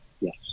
yes